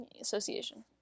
Association